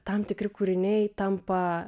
tam tikri kūriniai tampa